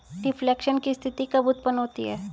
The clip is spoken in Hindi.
रिफ्लेशन की स्थिति कब उत्पन्न होती है?